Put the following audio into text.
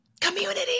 community